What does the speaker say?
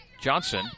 Johnson